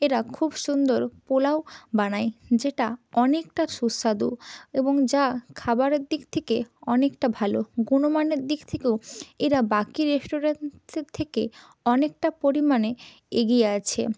এরা খুব সুন্দর পুলাও বানায় যেটা অনেকটা সুস্বাদু এবং যা খাবারের দিক থেকে অনেকটা ভালো গুণমানের দিক থেকেও এরা বাকি রেস্টুরেন্টসের থেকে অনেকটা পরিমাণে এগিয়ে আছে